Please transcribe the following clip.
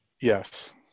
Yes